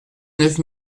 neuf